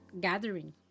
gathering